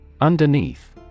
Underneath